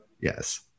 Yes